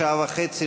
שעה וחצי,